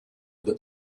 that